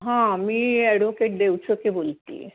हां मी ॲडवोकेट देवचके बोलते आहे